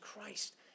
Christ